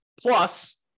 Plus